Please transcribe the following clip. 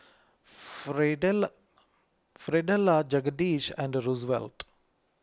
Fidelia Fidelia Jedediah and Rosevelt